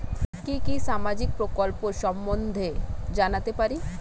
কি কি সামাজিক প্রকল্প সম্বন্ধে জানাতে পারি?